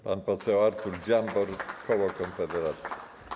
Pan poseł Artur Dziambor, koło Konfederacja.